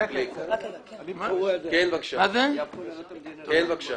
אני רק רוצה